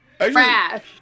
Trash